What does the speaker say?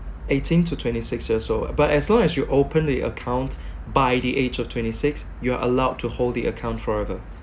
eighteen to twenty six years old but as long as you open the account by the age of twenty six you are allowed to hold the account forever